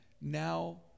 now